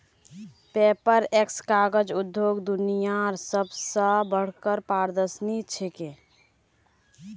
Paperex कागज उद्योगत दुनियार सब स बढ़का प्रदर्शनी छिके